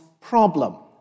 problem